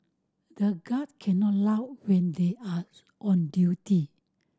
the guards cannot laugh when they are on duty